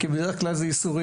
כי בדרך כלל זה ייסורים.